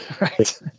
Right